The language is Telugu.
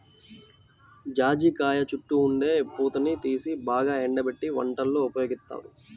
జాజికాయ చుట్టూ ఉండే పూతని తీసి బాగా ఎండబెట్టి వంటల్లో ఉపయోగిత్తారు